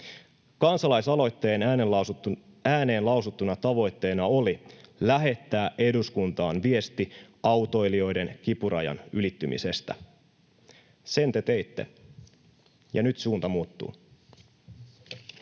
Kansalaisaloitteen ääneen lausuttuna tavoitteena oli lähettää eduskuntaan viesti autoilijoiden kipurajan ylittymisestä. Sen te teitte, ja nyt suunta muuttuu.